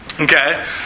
Okay